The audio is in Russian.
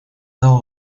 дал